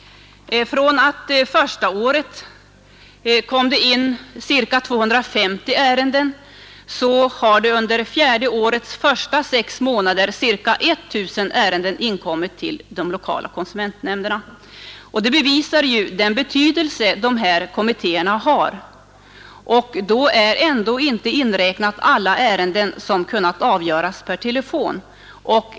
Första året kom det in ca 250 ärenden. Under fjärde årets första sex månader har ca 1000 ärenden inkommit till de lokala konsumentkommittéerna. Det bevisar ju den betydelse de här kommittéerna har. Då är ändå inte inräknade alla ärenden som kunnat avgöras per telefon.